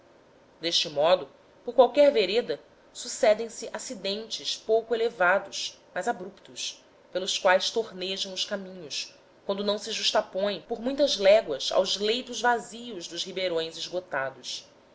deste modo por qualquer vereda sucedem se acidentes pouco elevados mas abruptos pelos quais tornejam os caminhos quando não se justapõem por muitas léguas aos leitos vazios dos ribeirões esgotados